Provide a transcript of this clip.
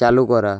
চালু করা